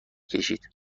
کشید